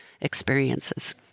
experiences